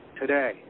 today